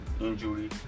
injury